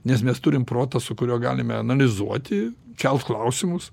nes mes turim protą su kuriuo galime analizuoti kelti klausimus